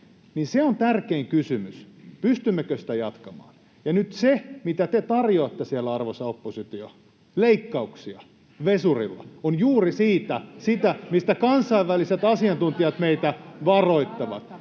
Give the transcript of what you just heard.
tärkein kysymys on, pystymmekö sitä jatkamaan, ja nyt se, mitä te tarjoatte siellä, arvoisa oppositio, leikkauksia vesurilla, on juuri sitä, [Välihuuto perussuomalaisten ryhmästä] mistä kansainväliset asiantuntijat meitä varoittavat.